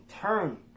turn